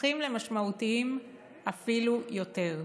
הופכים למשמעותיים אפילו יותר.